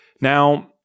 Now